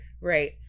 Right